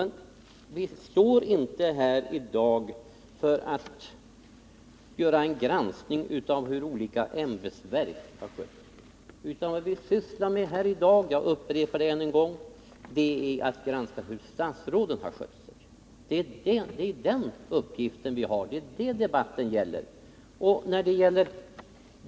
Men vi är inte här i dag för att göra en granskning av hur olika ämbetsverk harskött sig, utan vad vi skall syssla med nu —-jag upprepar det ännu en gång — är att granska hur statsråden har skött sig. Det är den uppgiften vi har, och det är detta debatten gäller.